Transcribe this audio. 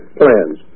plans